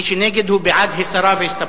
מי שנגד הוא בעד הסרה והסתפקות.